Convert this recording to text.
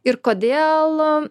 ir kodėl